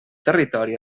territori